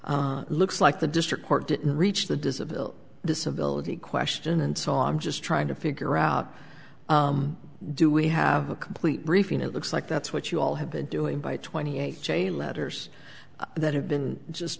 so looks like the district court didn't reach the disability disability question and saw i'm just trying to figure out do we have a complete briefing it looks like that's what you all have been doing by twenty eight chain letters that have been just